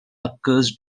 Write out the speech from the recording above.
occurs